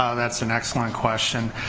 that's an excellent question,